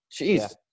jeez